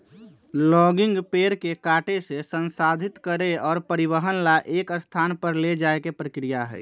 logging पेड़ के काटे से, संसाधित करे और परिवहन ला एक स्थान पर ले जाये के प्रक्रिया हई